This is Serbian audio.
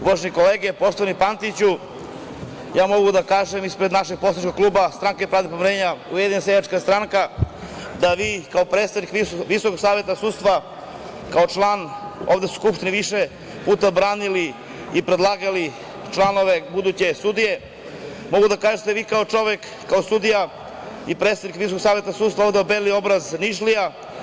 Uvažene kolege, poštovani Pantiću, mogu da kažem ispred našeg poslaničkog kluba Stranka pravde i pomirenja – Ujedinjena seljačka stranka, da vi kao predstavnik Visokog saveta sudstva, kao član, ovde ste u Skupštini više puta branili predlagali buduće sudije, mogu da kažem da ste vi kao čovek, kao sudija i predsednik Visokog saveta sudstva ovde obelili obraz Nišlija.